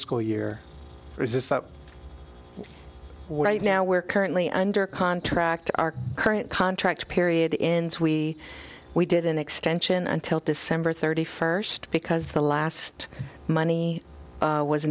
up right now we're currently under contract our current contract period ins we we did an extension until december thirty first because the last money was